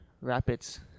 Rapids